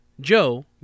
Joe